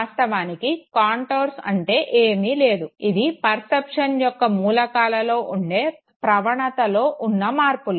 వాస్తవానికి కాంటోర్స్ అంటే ఏమి లేదు ఇవి పర్సెప్షన్ యొక్క మూలకాలలో ఉండే ప్రవణతలో ఉన్న మార్పులు